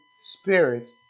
spirits